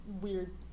weird